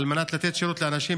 על מנת לתת שירות לאנשים,